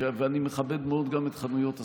ואני מכבד מאוד גם את חנויות הספרים.